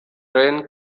rennes